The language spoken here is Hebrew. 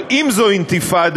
אבל אם זו אינתיפאדה,